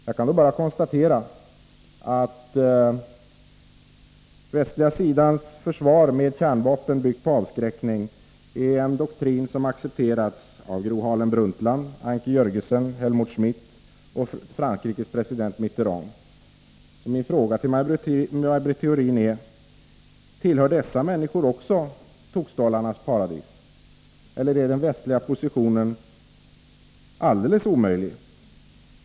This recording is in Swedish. Jag kan då bara konstatera att den västliga sidans försvar med kärnvapen, byggt på avskräckning, återspeglar en doktrin som accepterats av Gro Harlem Brundtland, Anker Jörgensen, Helmut Schmidt och Frankrikes president Mitterrand. Min fråga till Maj Britt Theorin är därför: Tillhör också dessa människor tokstollarnas paradis? Är den västliga positionen verkligen alldeles omöjlig?